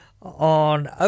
on